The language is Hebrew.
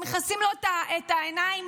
מכסים לו את העיניים,